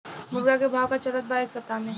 मुर्गा के भाव का चलत बा एक सप्ताह से?